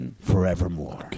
forevermore